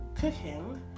cooking